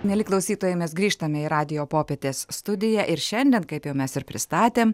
mieli klausytojai mes grįžtame į radijo popietės studiją ir šiandien kaip jau mes ir pristatėm